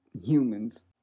humans